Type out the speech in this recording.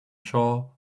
shore